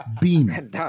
Beam